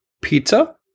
pizza